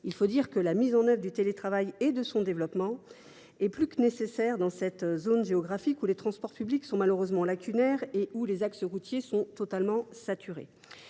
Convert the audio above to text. de covid 19. La mise en œuvre du télétravail et son développement sont plus que nécessaires dans cette zone géographique où les transports publics sont malheureusement lacunaires et où les axes routiers sont totalement saturés.